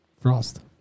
Frost